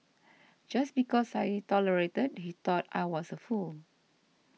just because I tolerated he thought I was a fool